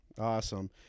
Awesome